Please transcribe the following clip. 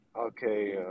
Okay